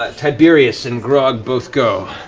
ah tiberius and grog both go.